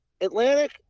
Atlantic